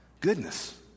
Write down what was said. Goodness